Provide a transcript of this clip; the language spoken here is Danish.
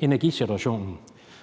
energisituationen